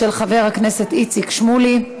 של חבר הכנסת איציק שמולי.